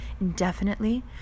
indefinitely